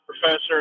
professor